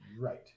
Right